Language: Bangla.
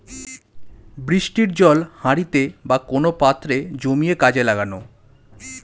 বৃষ্টির জল হাঁড়িতে বা কোন পাত্রে জমিয়ে কাজে লাগানো